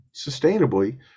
sustainably